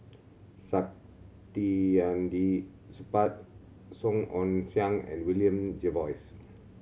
Saktiandi Supaat Song Ong Siang and William Jervois